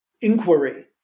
inquiry